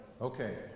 Okay